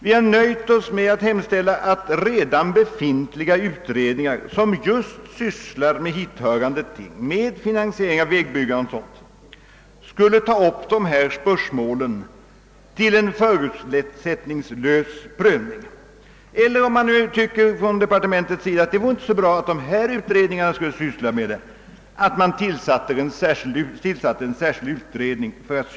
Vi har nöjt oss med att hemställa att redan befintliga utredningar som just sysslar med hithörande ting — med finansiering av vägbyggande o. d. — skall ta upp dessa spörsmål till förutsättningslös prövning eller att, om departementet inte anser det lämpligt att dessa utredningar sysslar med spörsmålet, en särskild utredning tillsätts.